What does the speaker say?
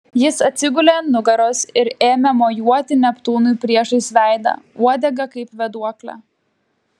jis atsigulė ant nugaros ir ėmė mojuoti neptūnui priešais veidą uodega kaip vėduokle